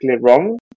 wrong